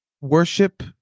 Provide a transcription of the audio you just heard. worship